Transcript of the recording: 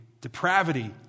depravity